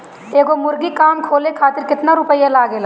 एगो मुर्गी फाम खोले खातिर केतना रुपया लागेला?